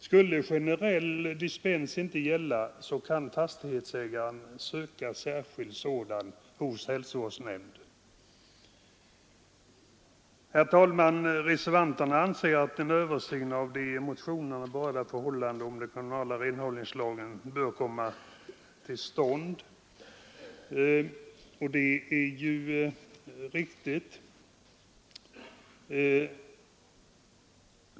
Skulle generell dispens inte gälla kan fastighetsägaren söka särskild sådan hos hälsovårdsnämnden. Herr talman! Reservanterna anser att en översyn av de i motionerna berörda förhållandena rörande den kommunala renhållningslagen bör komma till stånd, och det är ju riktigt.